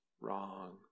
wrong